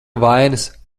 vainas